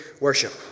worship